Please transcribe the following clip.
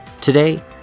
Today